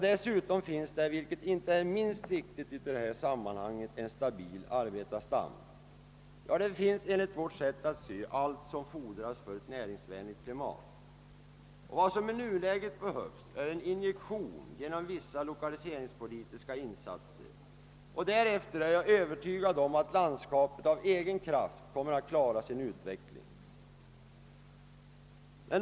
Det finns också — vilket inte är minst viktigt i detta sammanhang — en stabil arbetarstam. Enligt vårt sätt att se finns allt som fordras för ett näringsvänligt klimat. Vad som i nuläget behövs är en injektion genom vissa lokaliseringspolitiska insatser. Jag är övertygad om att landskapet därefter av egen kraft kommer att klara sin utveckling.